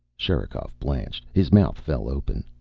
sherikov blanched. his mouth fell open.